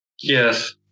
Yes